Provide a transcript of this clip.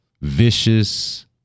vicious